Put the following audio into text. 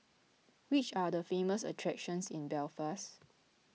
which are the famous attractions in Belfast